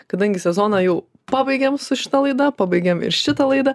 kadangi sezoną jau pabaigėm su šita laida pabaigėm ir šitą laidą